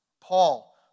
Paul